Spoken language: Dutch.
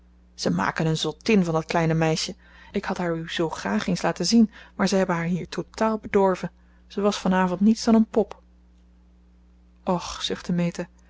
ze maken een zottin van dat kleine meisje ik had haar u zoo graag eens laten zien maar ze hebben haar hier totaal bedorven ze is van avond niets dan een pop och zuchtte meta